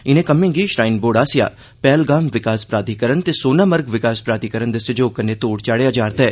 इनें कम्में गी श्राईन बोर्ड आसेआ पैहलगाम विकास प्राधिकरण ते सोनामर्ग विकास प्राधिकरण दे सैह्योग कन्नै तोढ़ चाढ़ेया जा'रदा ऐ